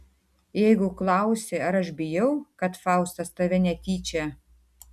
jeigu klausi ar aš bijau kad faustas tave netyčia